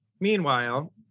Meanwhile